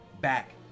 back